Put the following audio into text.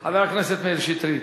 חבר הכנסת מאיר שטרית,